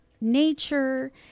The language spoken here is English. nature